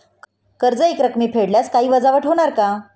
कर्ज एकरकमी फेडल्यास काही वजावट होणार का?